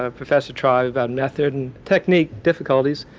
ah professor tribe, about method and technique difficulties.